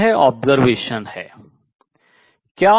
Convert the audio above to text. तो यह observation अवलोकन है